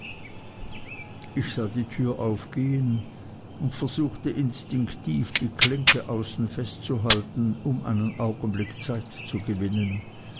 ich sah die tür aufgehen und versuchte instinktiv die klinke außen festzuhalten um einen augenblick zeit zu gewinnen